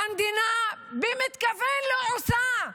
המדינה במתכוון לא עושה.